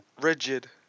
rigid